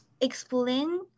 explain